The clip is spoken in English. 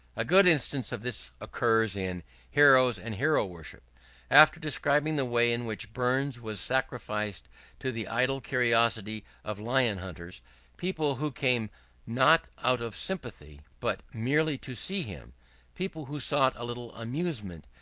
a good instance of this occurs in heroes and heroworship after describing the way in which burns was sacrificed to the idle curiosity of lion-hunters people who came not out of sympathy, but merely to see him people who sought a little amusement,